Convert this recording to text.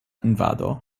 invado